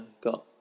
got